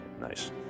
Nice